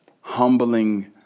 humbling